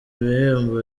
ibihembo